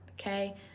okay